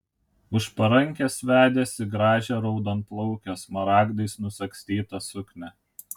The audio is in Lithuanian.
už parankės vedėsi gražią raudonplaukę smaragdais nusagstyta suknia